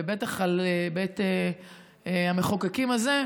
ובטח על בית המחוקקים הזה.